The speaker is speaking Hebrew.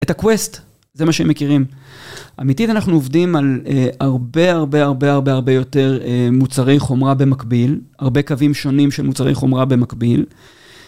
את ה-Quest, זה מה שהם מכירים. אמיתית, אנחנו עובדים על הרבה, הרבה, הרבה, הרבה, הרבה יותר מוצרי חומרה במקביל, הרבה קווים שונים של מוצרי חומרה במקביל.